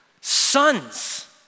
sons